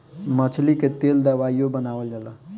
मछली के तेल दवाइयों बनावल जाला